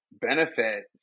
benefit